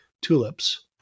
tulips